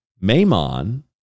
Maimon